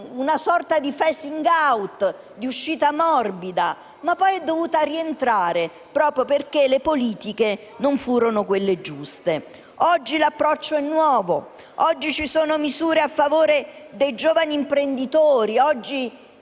una sorta di uscita morbida, ma che poi è dovuta rientrare, proprio perché le politiche non furono quelle giuste. Oggi l'approccio è nuovo, oggi ci sono misure a favore dei giovani imprenditori, oggi